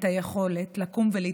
את יכולה להגיד,